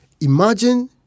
Imagine